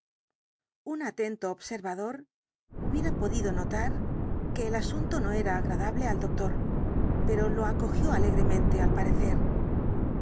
tjn atento observador hubiera podido notar que el asunto no era agradable al doctor pero lo acogió alegremente al parecer